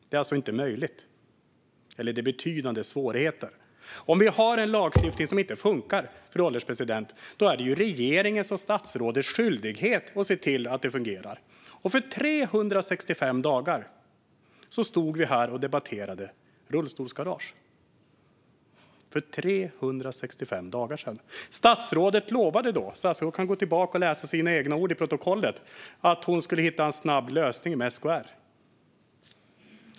Det är inte möjligt - eller det innebär i alla fall betydande svårigheter. Fru ålderspresident! Om vi har en lagstiftning som inte funkar är det ju regeringens och statsrådets skyldighet att se till att det fungerar. För 365 dagar sedan stod vi här och debatterade rullstolsgarage. Statsrådet lovade då - hon kan gå tillbaka och läsa sina egna ord i protokollet - att hon skulle hitta en snabb lösning med SKR.